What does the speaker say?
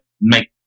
make